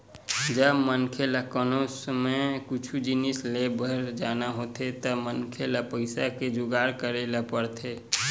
जब मनखे ल कोनो समे कुछु जिनिस लेय बर पर जाना होथे त मनखे ल पइसा के जुगाड़ करे ल परथे